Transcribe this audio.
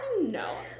No